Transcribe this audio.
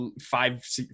five